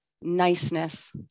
niceness